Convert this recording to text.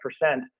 percent